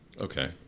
Okay